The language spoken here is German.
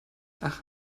ach